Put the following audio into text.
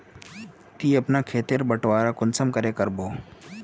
ती अपना खेत तेर बटवारा कुंसम करे करबो?